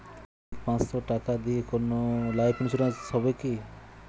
মাসিক পাঁচশো টাকা দিয়ে কোনো লাইফ ইন্সুরেন্স হবে কি?